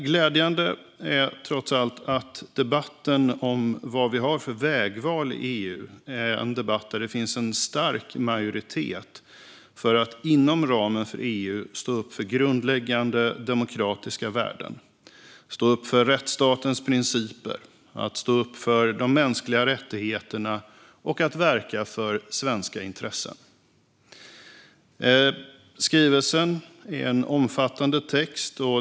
Glädjande är trots allt att debatten om vad vi har för vägval i EU är en debatt där det finns en stark majoritet för att inom ramen för EU stå upp för grundläggande demokratiska värden, rättsstatens principer och de mänskliga rättigheterna samt verka för svenska intressen. Skrivelsen är en omfattande text.